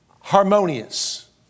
harmonious